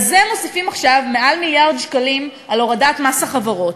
על זה מוסיפים עכשיו יותר ממיליארד שקלים על הורדת מס החברות.